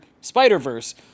Spider-Verse